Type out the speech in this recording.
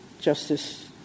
Justice